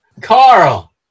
Carl